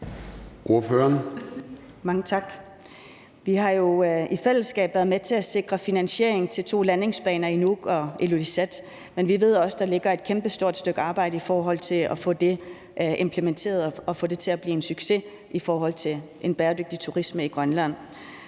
Mange tak. Vi har jo i fællesskab været med til at sikre finansiering til to landingsbaner i Nuuk og Ilulissat, men vi ved også, at der ligger et kæmpestort stykke arbejde i forhold til at få det implementeret og få det til at blive en succes i forhold til en bæredygtig turisme i Grønland.